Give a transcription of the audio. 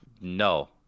no